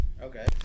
Okay